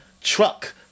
truck